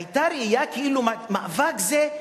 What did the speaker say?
היתה ראייה כאילו מאבק זה,